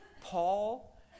Paul